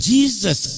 Jesus